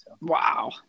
Wow